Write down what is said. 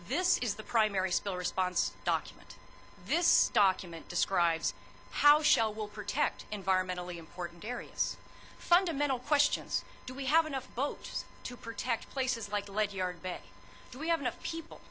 this is the primary spill response document this document describes how shell will protect environmentally important areas fundamental questions do we have enough boat to protect places like lead yard but do we have enough people